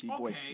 Okay